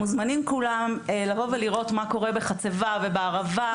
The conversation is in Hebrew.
מוזמנים כולם לבוא ולראות מה קורה בחצבה ובערבה,